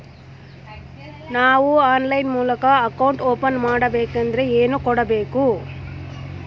ನಾವು ಆನ್ಲೈನ್ ಮೂಲಕ account open ಮಾಡಬೇಂಕದ್ರ ಏನು ಕೊಡಬೇಕು?